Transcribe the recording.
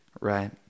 Right